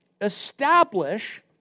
establish